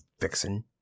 vixen